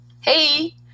hey